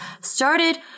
started